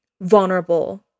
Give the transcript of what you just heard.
vulnerable